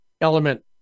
element